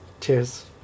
Cheers